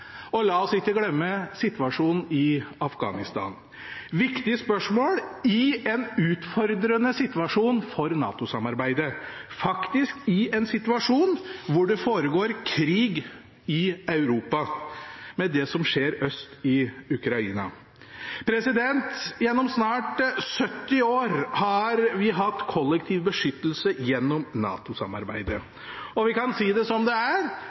og la oss ikke glemme situasjonen i Afghanistan – viktige spørsmål i en utfordrende situasjon for NATO-samarbeidet, faktisk en situasjon hvor det foregår krig i Europa, med det som skjer øst i Ukraina. Gjennom snart 70 år har vi hatt kollektiv beskyttelse gjennom NATO-samarbeidet. Og vi kan si det som det er: